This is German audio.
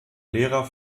lehrer